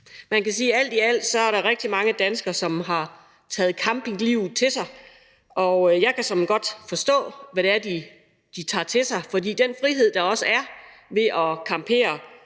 campingpladser. Alt i alt er der rigtig mange danskere, som har taget campinglivet til sig. Og jeg kan såmænd godt forstå, hvad det er, de tager til sig, for med den frihed, der også er ved at campere